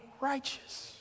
righteous